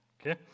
Okay